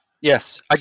Yes